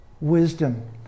wisdom